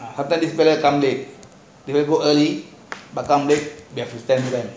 one time I come late then I go early part time come late they go ten